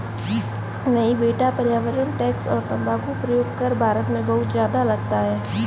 नहीं बेटा पर्यावरण टैक्स और तंबाकू प्रयोग कर भारत में बहुत ज्यादा लगता है